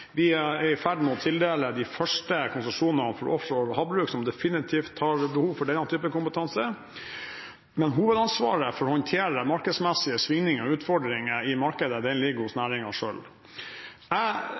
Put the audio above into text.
Vi er i ferd med å tildele de første konsesjonene for offshore havbruk, som definitivt har behov for denne typen kompetanse. Men hovedansvaret for å håndtere de markedsmessige svingningene og